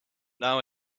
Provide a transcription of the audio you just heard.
now